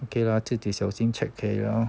okay lah 自己小心 check 可以 liao